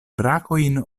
brakojn